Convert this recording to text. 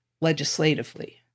legislatively